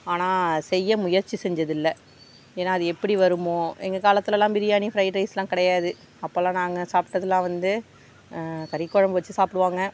ஆனால் செய்ய முயற்சி செஞ்சதில்லை ஏன்னா அது எப்படி வருமோ எங்கள் காலத்துலலாம் பிரியாணி ஃப்ரைட் ரைஸ்லாம் கிடையாது அப்போலாம் நாங்கள் சாப்பிடதலாம் வந்து கறி குழம்பு வச்சு சாப்பிடுவாங்க